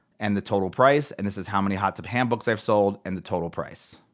and the total price. and this is how many hot tub handbooks i've sold, and the total price,